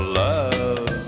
love